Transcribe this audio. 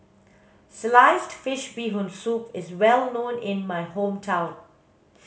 sliced fish bee hoon soup is well known in my hometown